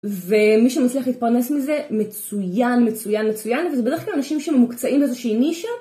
ומי שמצליח להתפרנס מזה מצוין מצוין מצוין וזה בדרך כלל אנשים שממוקצעים מאיזושהי נישה